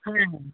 হ্যাঁ হ্যাঁ